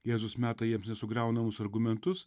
jėzus meta jiems nesugriaunamus argumentus